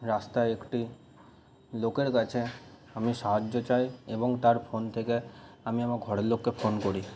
রাস্তায় একটি লোকের কাছে আমি সাহায্য চাই এবং তার ফোন থেকে আমি আমার ঘরের লোককে ফোন করি